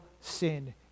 sin